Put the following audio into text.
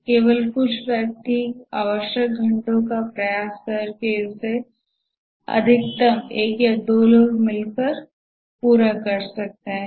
केवल व्यक्ति के कुछ आवश्यक घंटों प्रयास कि जरुरत होती है जिसमें अधिकतम एक या दो लोग शामिल होते हैं